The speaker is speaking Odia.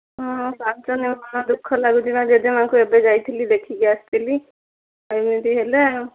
ହଁ ହଁ କାନ୍ଦୁଛନ୍ତି ମନ ଦୁଃଖ ଲାଗୁଛି ବା ଜେଜେମା ଙ୍କୁ ଏବେ ଯାଇଥିଲି ଦେଖିକି ଆସିଥିଲି ଆଉ ଏମିତି ହେଲା ଆଉ